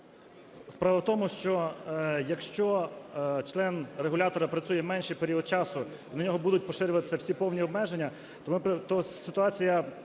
Справа в тому, що якщо член регулятора працює менший період часу, на нього будуть поширюватися всі повні обмеження, то ситуація